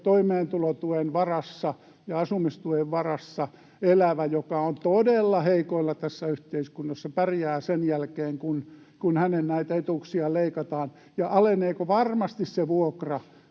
toimeentulotuen ja asumistuen varassa elävä, joka on todella heikoilla tässä yhteiskunnassa, pärjää sen jälkeen, kun näitä hänen etuuksiaan leikataan, ja aleneeko varmasti se vuokra,